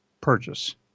purchase